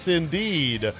indeed